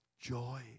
joy